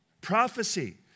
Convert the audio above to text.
prophecy